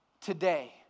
today